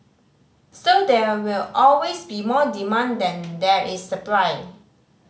so there will always be more demand than there is supply